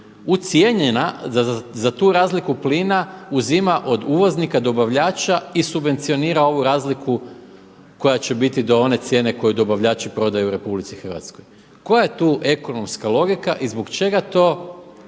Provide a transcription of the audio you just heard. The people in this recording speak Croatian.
ucijenjena da tu razliku plina uzima od uvoznika dobavljača i subvencionira ovu razliku koja će biti do one cijene koju dobavljači prodaju Republici Hrvatskoj. Koja je tu ekonomska logika i zbog čega to